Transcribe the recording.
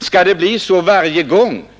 Skall det bli så varje gång